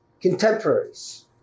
contemporaries